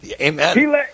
Amen